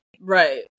Right